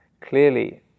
clearly